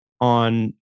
on